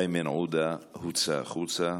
איימן עודה, הוצא החוצה.